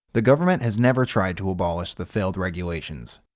the government has never tried to abolish the failed regulations,